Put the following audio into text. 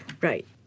Right